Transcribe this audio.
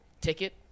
ticket